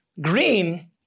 Green